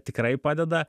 tikrai padeda